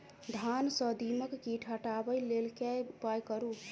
धान सँ दीमक कीट हटाबै लेल केँ उपाय करु?